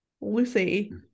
Lucy